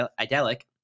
idyllic